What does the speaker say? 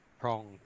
prong